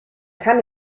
kann